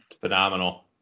Phenomenal